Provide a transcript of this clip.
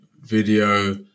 video